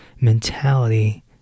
mentality